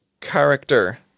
character